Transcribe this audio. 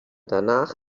danach